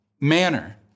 manner